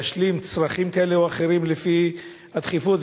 להשלים צרכים כאלה או אחרים לפי הדחיפות,